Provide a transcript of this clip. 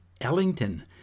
Ellington